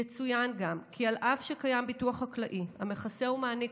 יצוין גם כי אף שקיים ביטוח חקלאי המכסה ומעניק